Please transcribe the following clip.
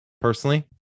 personally